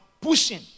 pushing